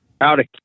howdy